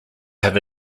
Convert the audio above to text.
have